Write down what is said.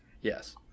Yes